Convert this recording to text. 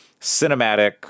cinematic